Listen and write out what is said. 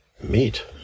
meat